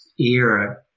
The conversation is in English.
era